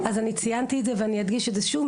אז אני ציינתי את זה ואני אדגיש את זה שוב,